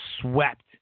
swept